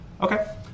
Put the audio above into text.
Okay